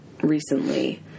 recently